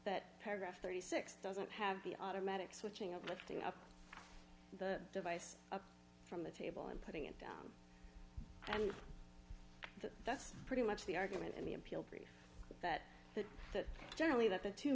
that paragraph thirty six doesn't have the automatic switching of letting up the device from the table and putting it down and that's pretty much the argument in the appeal brief that that generally that the two